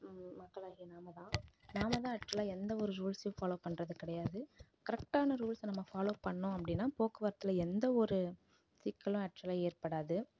மக்களாகிய நாம் தான் நாம் தான் ஆக்சுவலாக எந்த ஒரு ரூல்ஸையும் ஃபாலோ பண்றது கிடையாது கரெக்டான ரூல்ஸை நம்ம ஃபாலோ பண்ணோம் அப்படினா போக்குவரத்தில் எந்த ஒரு சிக்கலும் ஆக்சுவலாக ஏற்படாது